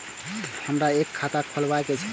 हमरा एक खाता खोलाबई के ये?